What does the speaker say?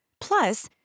Plus